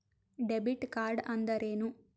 Debit ಕಾರ್ಡ್ಅಂದರೇನು?